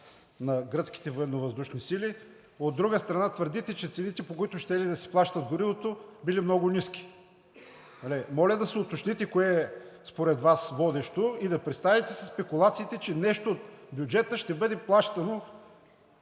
на гръцките военновъздушни сили. От друга страна, твърдите, че цените, по които щели да си плащат горивото, били много ниски. Моля да си уточните кое според Вас е водещо и да престанете със спекулациите, че нещо от бюджета ще бъде плащано